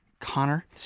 Connor